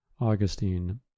Augustine